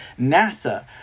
nasa